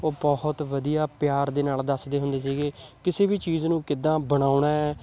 ਉਹ ਬਹੁਤ ਵਧੀਆ ਪਿਆਰ ਦੇ ਨਾਲ ਦੱਸਦੇ ਹੁੰਦੇ ਸੀਗੇ ਕਿਸੇ ਵੀ ਚੀਜ਼ ਨੂੰ ਕਿੱਦਾਂ ਬਣਾਉਣਾ